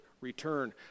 return